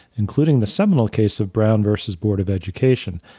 including the seminal case of brown versus board of education.